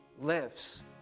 lives